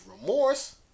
remorse